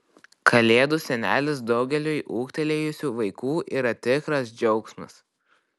kalėdų senelis daugeliui ūgtelėjusių vaikų yra tikras džiaugsmas